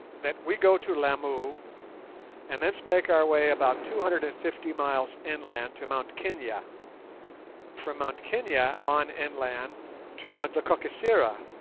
that we go to lamu and thence make our way about two hundred and fifty miles inland to mt kenia from mt kenia on inland to mt lekakisera,